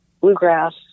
bluegrass